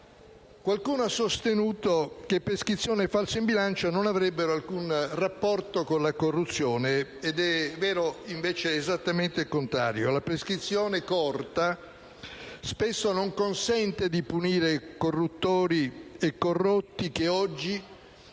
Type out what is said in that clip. Qualcuno ha sostenuto che prescrizione e falso in bilancio non avrebbero alcun rapporto con la corruzione, mentre è vero esattamente il contrario. La prescrizione corta spesso non consente di punire i corruttori ed i corrotti, che oggi